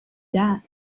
that